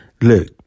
look